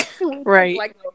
Right